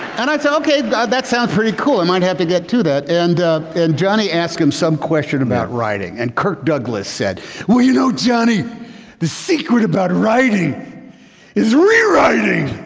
and i said okay but that sounds pretty cool. i might have to get to that and and johnny asked him some question about writing and kirk douglas said well, you know johnny the secret about writing is rewriting!